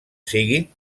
sigui